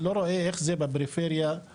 לא רואה איך זה בפריפריה זה